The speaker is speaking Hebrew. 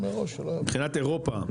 מבחינת אירופה,